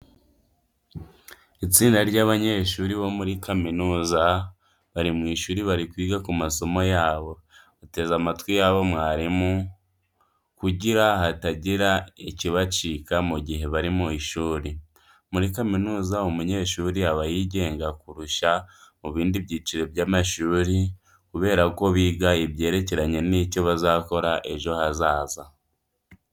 Itsinda ry'abanyeshuri bo muri kaminuza bari mu ishuri bari kwiga ku masomo yabo, bateze amatwi yabo mwarimu kugira hatagira ikibacika mu gihe bari mu ishuri. Muri kaminuza umunyeshuri aba yigenga kurusha mu bindi byiciro by'amashuru kubera ko biga ibyerekeranye n'icyo bazakora ejo hazaza.